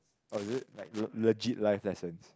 oh is it like legit life lessons